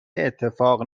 اتفاق